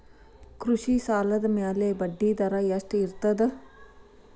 ಕೃಷಿ ಸಾಲದ ಮ್ಯಾಲೆ ಬಡ್ಡಿದರಾ ಎಷ್ಟ ಇರ್ತದ?